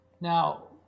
Now